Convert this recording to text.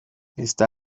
está